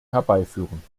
herbeiführen